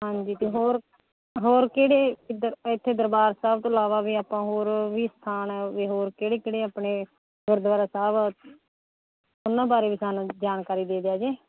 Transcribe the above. ਹਾਂਜੀ ਅਤੇ ਹੋਰ ਹੋਰ ਕਿਹੜੇ ਇੱਧਰ ਇੱਥੇ ਦਰਬਾਰ ਸਾਹਿਬ ਤੋਂ ਇਲਾਵਾ ਵੀ ਆਪਾਂ ਹੋਰ ਵੀ ਸਥਾਨ ਜੇ ਹੋਰ ਕਿਹੜੇ ਕਿਹੜੇ ਆਪਣੇ ਗੁਰਦੁਆਰਾ ਸਾਹਿਬ ਉਹਨਾਂ ਬਾਰੇ ਵੀ ਸਾਨੂੰ ਜਾਣਕਾਰੀ ਦੇ ਦਿਆ ਜੇ